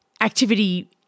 activity